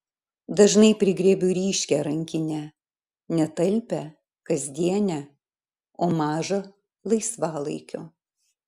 dažnai prigriebiu ryškią rankinę ne talpią kasdienę o mažą laisvalaikio